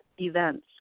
events